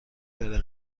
برای